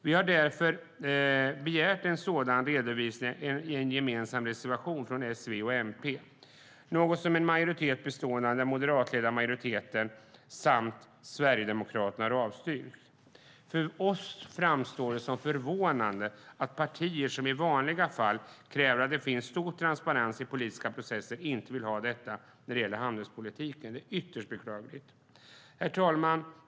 Vi har därför i en gemensam reservation från S, V och MP begärt en sådan redovisning, vilket den moderatledda majoriteten samt Sverigedemokraterna dock avstyrkt. För oss framstår det som förvånande att partier som i vanliga fall kräver att det finns stor transparens i politiska processer inte vill ha detta när det gäller handelspolitiken. Det är ytterst beklagligt. Herr talman!